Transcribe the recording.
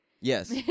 Yes